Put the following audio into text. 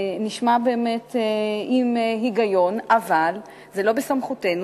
נשמע באמת הגיוני, אבל זה לא בסמכותנו.